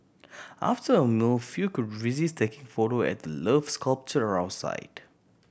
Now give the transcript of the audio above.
after a no few could resist taking photo at the 'Love' sculpture outside